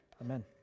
amen